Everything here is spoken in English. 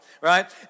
right